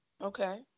okay